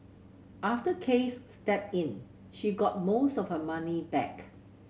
after Case stepped in she got most of her money back